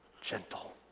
gentle